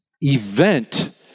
event